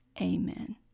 amen